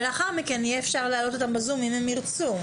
ולאחר מכן יהיה אפשר להעלות אותם בזום אם הם ירצו.